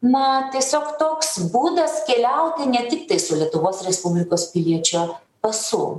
na tiesiog toks būdas keliauti ne tiktai su lietuvos respublikos piliečio pasu